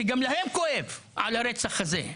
שגם להם כואב על הרצח הזה.